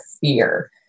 fear